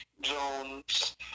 Jones